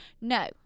No